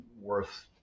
worth